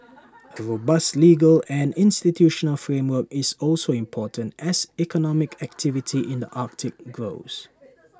A robust legal and institutional framework is also important as economic activity in the Arctic grows